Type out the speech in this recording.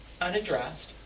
unaddressed